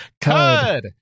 Cud